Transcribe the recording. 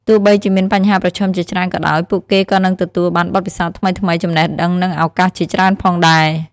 ទោះបីជាមានបញ្ហាប្រឈមជាច្រើនក៏ដោយ ពួកគេក៏នឹងទទួលបានបទពិសោធន៍ថ្មីៗ ចំណេះដឹង និងឱកាសជាច្រើនផងដែរ។